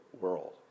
world